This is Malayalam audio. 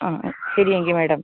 ആ ആ ശരി എങ്കിൽ മാഡം